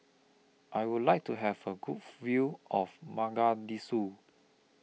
I Would like to Have A Good View of Mogadishu